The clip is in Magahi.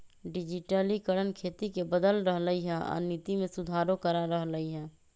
डिजटिलिकरण खेती के बदल रहलई ह आ नीति में सुधारो करा रह लई ह